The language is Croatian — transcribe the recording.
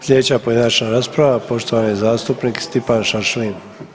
Sljedeća pojedinačna rasprava poštovani zastupnik Stipan Šašlin.